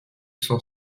cent